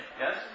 yes